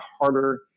harder